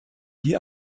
die